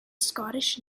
scottish